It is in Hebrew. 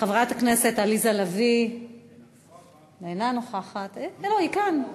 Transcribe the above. חברת הכנסת עליזה לביא אינה נוכחת, לא, היא כאן,